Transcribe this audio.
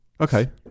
Okay